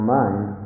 mind